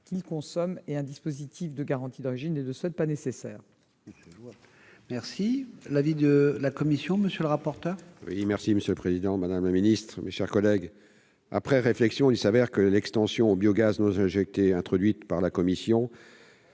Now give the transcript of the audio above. qu'il consomme ; un dispositif de garantie d'origine n'est alors pas nécessaire.